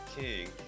king